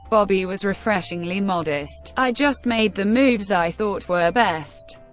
bobby was refreshingly modest i just made the moves i thought were best.